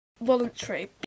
voluntary